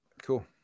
cool